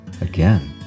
Again